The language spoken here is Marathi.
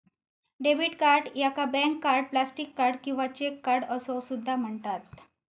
डेबिट कार्ड याका बँक कार्ड, प्लास्टिक कार्ड किंवा चेक कार्ड असो सुद्धा म्हणतत